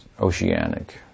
oceanic